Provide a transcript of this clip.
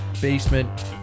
basement